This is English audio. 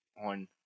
on